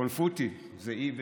פונפוטי זה אי בטובאלו.